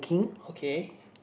okay